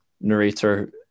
narrator